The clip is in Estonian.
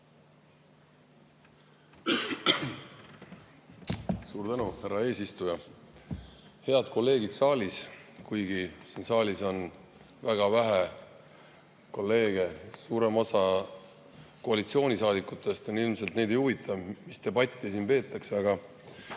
Suur tänu, härra eesistuja! Head kolleegid saalis! Kuigi siin saalis on väga vähe kolleege, suuremat osa koalitsioonisaadikutest ilmselt ei huvita, mis debatti siin peetakse.